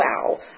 wow